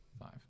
five